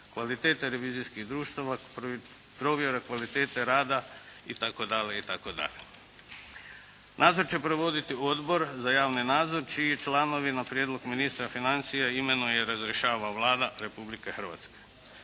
kvalitete revizijskih društava, provjera kvalitete rada itd. Nadzor će provoditi Odbor za javni nadzor, čiji članovi na prijedlog ministra financija imenuje i razrješava Vlada Republike Hrvatske.